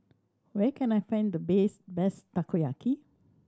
where can I find the best best Takoyaki